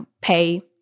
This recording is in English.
pay